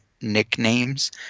nicknames